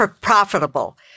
profitable